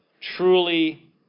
truly